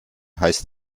heißt